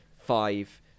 five